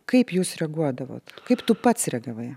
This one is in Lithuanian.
kaip jūs reaguodavot kaip tu pats reagavai